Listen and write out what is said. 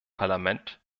parlament